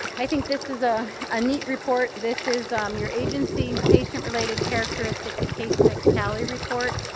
i think this is a ah neat report. this is um your agency and patient-related characteristics case-mix tally report.